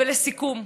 ולסיכום,